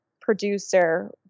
producer